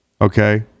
Okay